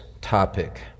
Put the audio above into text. topic